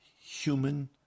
human